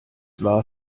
war